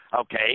Okay